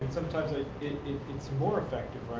sometimes it's more effective.